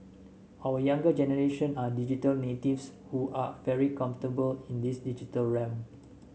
our younger generation are digital natives who are very comfortable in this digital realm